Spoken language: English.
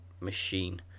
machine